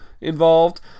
involved